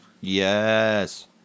yes